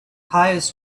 hires